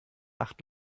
acht